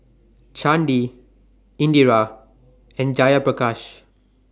Chandi Indira and Jayaprakash